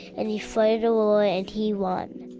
and he fighted a war and he won.